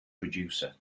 producer